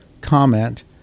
comment